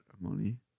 money